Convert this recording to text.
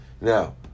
now